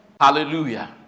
Hallelujah